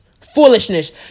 foolishness